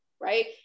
right